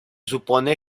supone